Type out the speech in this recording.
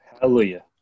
hallelujah